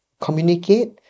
communicate